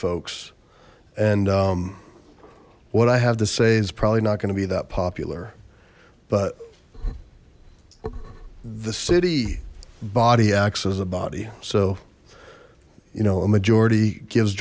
folks and what i have to say is probably not going to be that popular but the city body acts as a body so you know a majority gives